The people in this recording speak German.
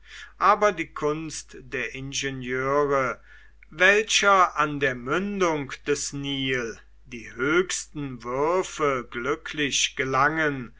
aber die kunst der ingenieure welcher an der mündung des nil die höchsten würfe glücklich gelangen